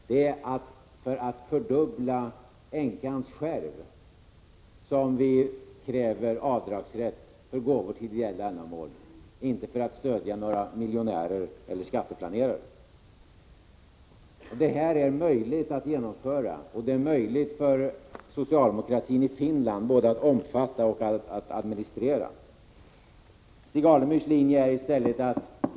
Det är för att fördubbla änkans skärv som vi kräver rätt till avdrag för gåvor till ideella ändamål, inte för att stödja några miljonärer eller skatteplanerare. Den här åtgärden är möjlig att genomföra. Den omfattas av socialdemokratin i Finland, som också kan administrera den.